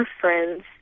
friends